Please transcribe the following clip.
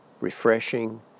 refreshing